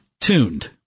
tuned